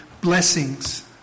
blessings